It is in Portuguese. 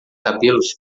cabelos